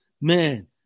Man